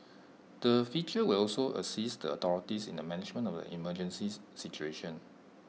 the feature will also assist the authorities in the management of the emergency situation